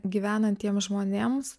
gyvenantiem žmonėms